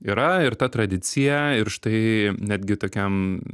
yra ir ta tradicija ir štai netgi tokiam